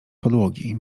podłogi